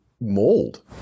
mold